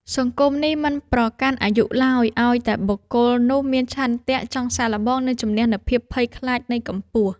សកម្មភាពនេះមិនប្រកាន់អាយុឡើយ ឱ្យតែបុគ្គលនោះមានឆន្ទៈចង់សាកល្បង និងជម្នះនូវភាពភ័យខ្លាចនៃកម្ពស់។